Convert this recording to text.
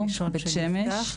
בית שמש,